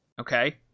Okay